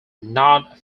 not